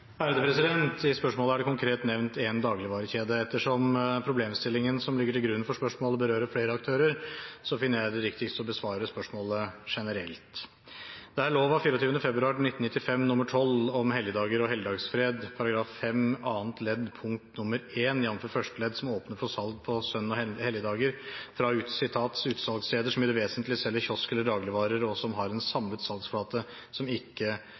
I spørsmålet er det konkret nevnt én dagligvarekjede. Ettersom problemstillingen som ligger til grunn for spørsmålet, berører flere aktører, finner jeg det riktigst å besvare spørsmålet generelt. Det er lov av 24. februar 1995 nr. 12 om helligdager og helligdagsfred, § 5 annet ledd nr. 1, jf. første ledd som åpner for salg på søn- og helligdager fra «utsalgssteder som i det vesentlige selger kiosk- eller dagligvarer, og som har en samlet salgsflate som ikke